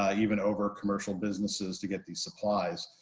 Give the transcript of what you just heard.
ah even over commercial businesses to get these supplies.